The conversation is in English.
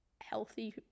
healthy